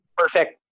perfect